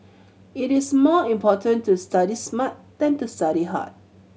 it is more important to study smart than to study hard